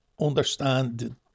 understand